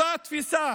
אותה תפיסה